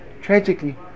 tragically